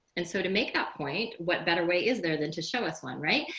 and so to make that point, what better way is there than to show us one? right.